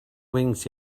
wings